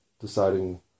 deciding